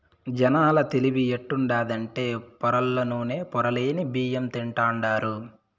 జనాల తెలివి ఎట్టుండాదంటే పొరల్ల నూనె, పొరలేని బియ్యం తింటాండారు